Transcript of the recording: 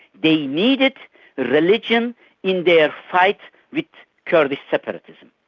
they needed religion in their fight with kurdish separatism.